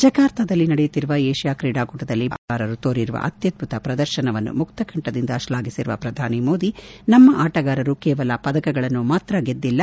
ಜಕಾರ್ತಾದಲ್ಲಿ ನಡೆಯುತ್ತಿರುವ ಏಷ್ಯಾ ಕ್ರೀಡಾಕೂಟದಲ್ಲಿ ಭಾರತದ ಆಟಗಾರರು ತೋರಿರುವ ಅತ್ಲದ್ಲುತ ಪ್ರದರ್ಶನವನ್ನು ಮುಕ್ತಕಂಠದಿಂದ ಶ್ಲಾಘಿಸಿರುವ ಪ್ರಧಾನಿ ಮೋದಿ ನಮ್ಮ ಆಟಗಾರರು ಕೇವಲ ಪದಕಗಳನ್ನು ಮಾತ್ರ ಗೆದ್ದಿಲ್ಲ